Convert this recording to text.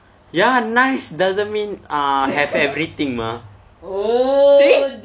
ya nice doesn't mean ah have everything mah see